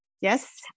Yes